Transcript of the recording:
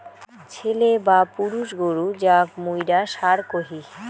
ছেলে বা পুরুষ গরু যাক মুইরা ষাঁড় কহি